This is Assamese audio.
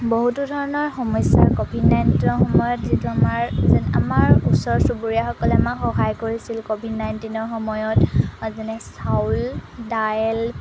বহুতো ধৰণৰ সমস্যা কভিড নাইণ্টিনৰ সময়ত যিটো আমাৰ যেন আমাৰ ওচৰ চুবুৰীয়াসকলে আমাক সহায় কৰিছিল ক'ভিড নাইণ্টিনৰ সময়ত যেনে চাউল দাইল